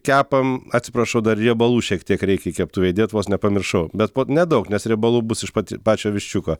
kepam atsiprašau dar riebalų šiek tiek reikia į keptuvę įdėt vos nepamiršau bet po nedaug nes riebalų bus iš pat pačio viščiuko